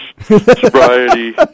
sobriety